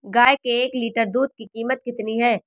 गाय के एक लीटर दूध की कीमत कितनी है?